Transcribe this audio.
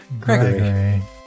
Gregory